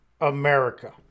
America